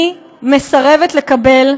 אני מסרבת לקבל,